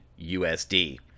usd